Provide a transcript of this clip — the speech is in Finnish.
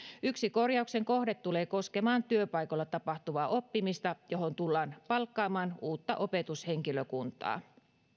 yksi korjauksen kohde tulee koskemaan työpaikoilla tapahtuvaa oppimista johon tullaan palkkaamaan uutta opetushenkilökuntaa